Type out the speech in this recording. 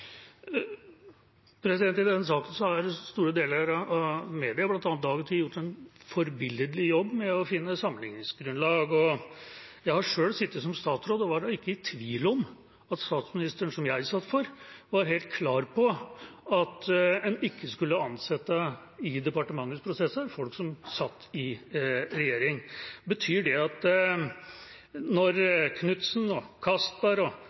I denne saken har store deler av mediene, bl.a. Dag og Tid, gjort en forbilledlig jobb med å finne sammenligningsgrunnlag. Jeg har selv sittet som statsråd og var da ikke i tvil om at statsministeren jeg satt for, var helt klar på at en i departementets prosesser ikke skulle ansette folk som satt i regjering. Betyr det at når Knudsen, Castberg og